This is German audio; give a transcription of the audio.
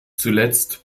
zuletzt